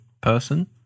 person